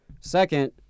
Second